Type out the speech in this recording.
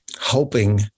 hoping